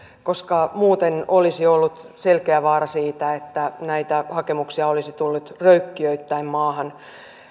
koska muuten olisi ollut selkeä vaara siitä että näitä hakemuksia olisi tullut röykkiöittäin maahan